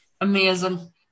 Amazing